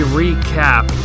recap